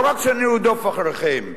לא רק שנרדוף אחריכם,